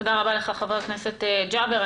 תודה רבה לך חבר הכנסת ג'אבר עסאקלה.